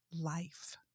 life